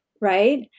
right